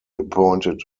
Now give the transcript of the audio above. appointed